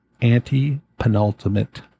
Anti-penultimate